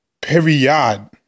Period